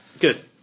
Good